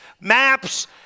maps